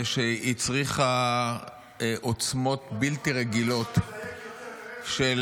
שהצריכה עוצמות בלתי רגילות של